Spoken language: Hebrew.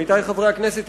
עמיתי חברי הכנסת,